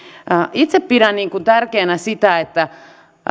itse pidän tärkeänä sitä että